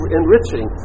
enriching